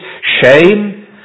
Shame